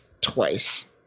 twice